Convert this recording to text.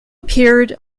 appeared